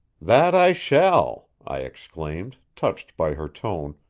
that i shall, i exclaimed, touched by her tone,